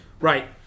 Right